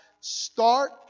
start